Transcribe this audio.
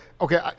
okay